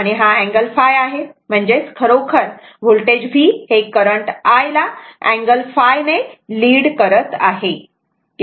आणि हा अँगल ϕ आहे म्हणजेच खरोखर व्होल्टेज v हे करंट I ला अँगल ϕ ने लीड करत आहे